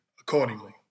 accordingly